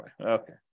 Okay